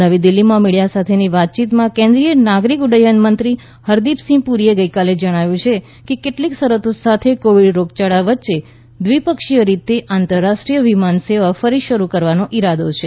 નવી દિલ્ફીમાં મીડિયા સાથેની વાતચીતમા કેન્દ્રીય નાગરિક ઉડ્ડયનમંત્રી હરદીપસિંહ પુરીએ ગઇકાલે જણાવ્યું કે કેટલીક શરતો સાથે કોવિડ રોગયાળા વચ્ચે દ્વિપક્ષીય રીતે આંતરરાષ્ટ્રીય વિમાન સેવાઓ ફરી શરૂ કરવાનો ઇરાદો છે